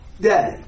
day